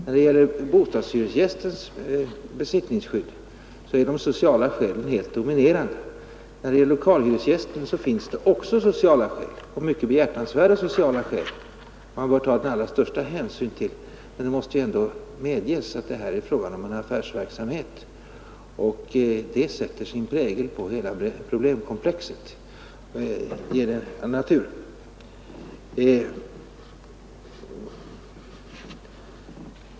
När det gäller bostadshyresgästens besittningsskydd är de sociala skälen helt dominerande. För lokalhyresgästens del finns det också sociala skäl — och mycket behjärtansvärda sådana skäl — som man bör ta den allra största hänsyn till, men det måste ändå medges att det här är fråga om en affärsverksamhet, och det sätter sin prägel på hela problemkomplexet och ger det en annan natur.